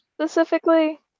Specifically